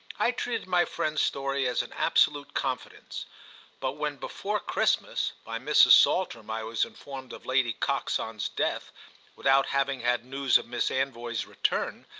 i treated my friend's story as an absolute confidence but when before christmas, by mrs. saltram, i was informed of lady coxon's death without having had news of miss anvoy's return,